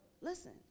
listen